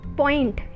point